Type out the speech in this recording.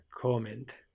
comment